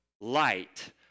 light